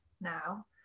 now